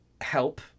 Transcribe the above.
help